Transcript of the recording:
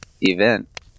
event